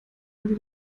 man